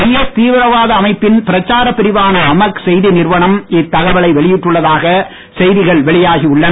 IS தீவிரவாத அமைப்பின் பிரச்சாரப் பிரிவான அமக் செய்தி நிறுவனம் இத்தகவலை வெளியிட்டுள்ளதாக செய்திகள் வெளியாகி உள்ளன